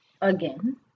Again